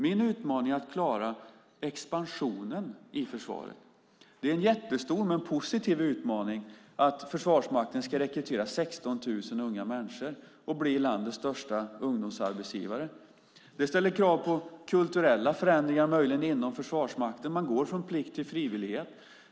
Min utmaning är att klara expansionen i försvaret. Det är en jättestor men positiv utmaning att Försvarsmakten ska rekrytera 16 000 unga människor och bli landets största ungdomsarbetsgivare. Det ställer krav på kulturella förändringar, möjligen, inom Försvarsmakten. Man går från plikt till frivillighet.